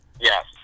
Yes